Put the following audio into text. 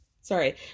Sorry